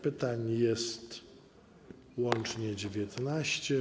Pytań jest łącznie 19.